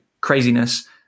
craziness